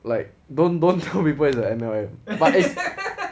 like don't don't go report as a M_L_M but eh